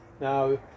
Now